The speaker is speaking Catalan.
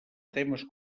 temes